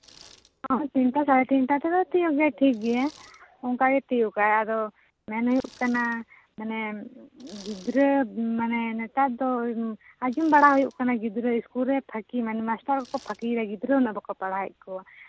ᱛᱤᱱᱴᱟ ᱥᱟᱲᱮ ᱛᱤᱱᱴᱟ ᱛᱮᱫᱚ ᱛᱤᱭᱳᱜ ᱜᱮᱭᱟᱭ ᱴᱷᱤᱠ ᱜᱮᱭᱟ ᱦᱮᱸ ᱚᱱᱠᱟᱜᱮ ᱛᱤᱭᱳᱜᱟᱭ ᱟᱫᱚ ᱢᱮᱱ ᱦᱩᱭᱩᱜ ᱠᱟᱱᱟ ᱢᱟᱱᱮ ᱜᱤᱫᱽᱨᱟᱹ ᱢᱟᱱᱮ ᱱᱮᱛᱟᱨ ᱫᱚ ᱟᱸᱡᱚᱢ ᱵᱟᱲᱟ ᱦᱩᱭᱩᱜ ᱠᱟᱱᱟ ᱜᱤᱫᱽᱨᱟᱹ ᱤᱥᱠᱩᱞ ᱨᱮ ᱯᱷᱟᱸᱠᱤ ᱢᱟᱱᱮ ᱢᱟᱥᱴᱟᱨ ᱠᱚ ᱯᱷᱟᱸᱠᱤᱭᱮᱫᱟ ᱜᱤᱫᱽᱨᱟᱹ ᱩᱱᱟᱹᱜ ᱵᱟᱠᱚ ᱯᱷᱟᱸᱠᱤᱭᱮᱫᱟ ᱜᱤᱫᱽᱨᱟᱹ ᱩᱱᱟᱹᱜ ᱵᱟᱠᱚ ᱯᱟᱲᱦᱟᱣᱮᱫ ᱠᱚᱣᱟ